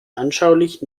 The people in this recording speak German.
anschaulich